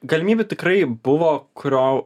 galimybių tikrai buvo kurio